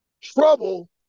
trouble